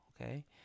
okay